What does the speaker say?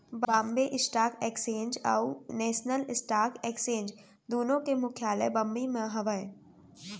Bombay stock exchange और national stock exchange दुनो के मुख्यालय बंबई म हावय